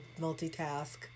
multitask